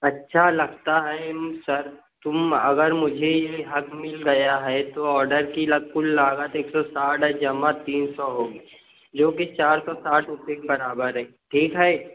اچھا لگتا ہے سر تم اگر مجھے یہ حق مل گیا ہے تو آڈر کی کُل لاگت ایک سو ساٹھ جمع تین سو ہوگی جو کہ چارسو ساٹھ روپے کے برابر ہے ٹھیک ہے